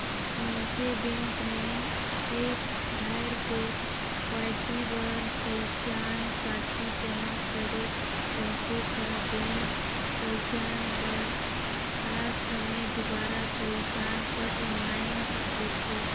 मइनसे बेंक में एक धाएर के.वाई.सी बर पहिचान पाती जमा करे रहथे ता बेंक पहिचान बर खास समें दुबारा पहिचान पत्र मांएग लेथे